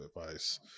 advice